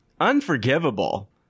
Unforgivable